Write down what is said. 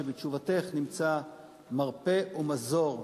שבתשובתך נמצא מרפא ומזור לבעיה,